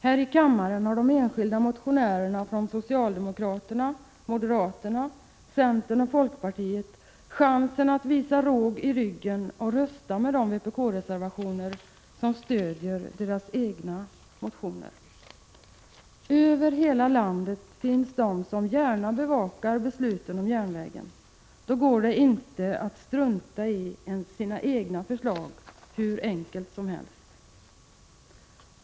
Här i kammaren har de enskilda motionärerna från socialdemokraterna, moderaterna, centern och folkpartiet chansen att visa råg i ryggen och rösta med de vpk-reservationer som stödjer deras egna motioner. Över hela landet finns de som gärna bevakar besluten om järnvägen. Det går inte hur enkelt som helst att strunta i sina egna förslag.